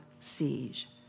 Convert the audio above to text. siege